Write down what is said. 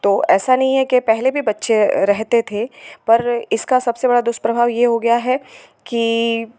तो ऐसा नहीं है कि पहले भी बच्चे रहते थे पर इसका सबसे बड़ा दुष्प्रभाव यह हो गया है कि